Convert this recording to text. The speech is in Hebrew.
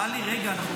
טלי, רגע.